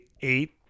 eight